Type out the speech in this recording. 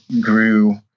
grew